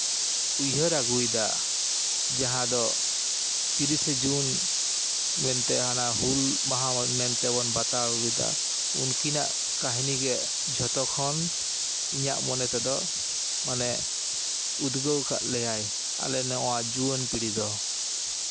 ᱩᱭᱦᱟᱹᱨ ᱟᱜᱩᱭᱫᱟ ᱡᱟᱦᱟᱸ ᱫᱚ ᱛᱤᱨᱤᱥᱮ ᱡᱩᱱ ᱢᱮᱱᱛᱮ ᱦᱟᱱᱟ ᱦᱩᱞ ᱢᱟᱦᱟ ᱢᱮᱱᱛᱮ ᱵᱚᱱ ᱵᱟᱛᱟᱣ ᱮᱫᱟ ᱩᱱᱠᱤᱱᱟᱜ ᱠᱟᱹᱦᱱᱤ ᱜᱮ ᱡᱷᱚᱛᱚ ᱠᱷᱚᱱ ᱤᱧᱟᱹᱜ ᱢᱚᱱᱮ ᱛᱮᱫᱚ ᱢᱟᱱᱮ ᱩᱫᱽᱜᱟᱹᱣ ᱠᱟᱜ ᱞᱮᱭᱟᱭ ᱟᱞᱮ ᱱᱚᱣᱟ ᱡᱩᱣᱟᱹᱱ ᱯᱤᱲᱦᱤ ᱫᱚ